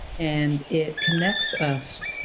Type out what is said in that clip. and it connects us,